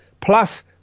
plus